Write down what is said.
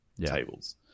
tables